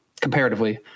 comparatively